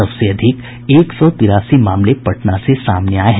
सबसे अधिक एक सौ तिरासी मामले पटना से सामने आये हैं